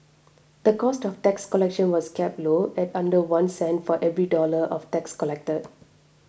the cost of tax collection was kept low at under one cent for every dollar of tax collected